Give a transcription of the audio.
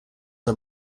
are